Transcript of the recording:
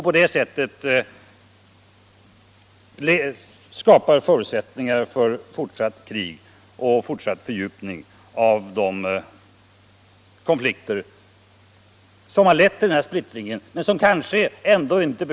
På det sättet blåser de under fortsatt krig och fortsatt splittring.